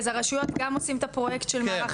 הרשויות גם עושים את הפרויקט של מערך